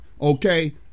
Okay